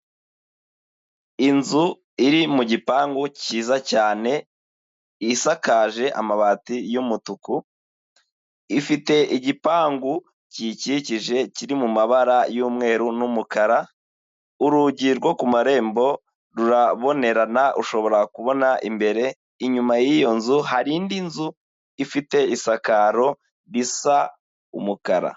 Inzu iri mu gipangu cyiza cyane isakaje amabati y'umutuku, ifite igipangu kiyikikije kiri mu mabara y'umweru n'umukara, urugi rwo ku marembo rurabonerana ushobora kubona imbere, inyuma yiyo nzu hari indi nzu ifite isakaro risa umukara.